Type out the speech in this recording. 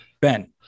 Ben